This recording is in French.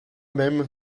même